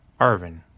Arvin